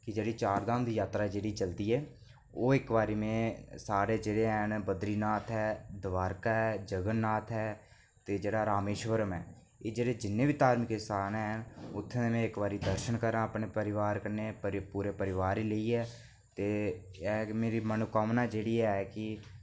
कि जेह्ड़ी चार धाम दी जात्तरा जेह्ड़ी चलदी ऐ ओह् इक्क बारी में सारे जेह्ड़े हैन बद्रीनाथ ऐ द्वारका ऐ जगननाथ ऐ ते जेह्ड़ा रामेश्वरम ऐ एह् जेह्डे जिन्नी बी धार्मिक स्थान ऐ उत्थै में इक्क बारी दर्शन करांऽ अपने परिवार कन्नै अपने पूरे परिवार गी लेइयै ते मेरी मनोकामना जेह्ड़ी ऐ कि